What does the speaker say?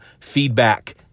feedback